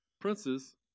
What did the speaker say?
princes